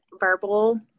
verbal